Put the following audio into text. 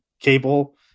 cable